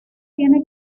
tiene